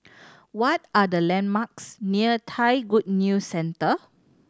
what are the landmarks near Thai Good News Centre